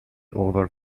over